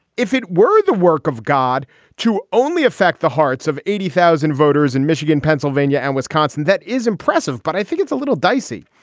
if it were the work of god to only affect the hearts of eighty thousand voters in michigan, pennsylvania and wisconsin, that is impressive. but i think it's a little dicey.